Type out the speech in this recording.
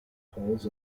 poles